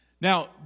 Now